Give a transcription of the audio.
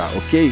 ok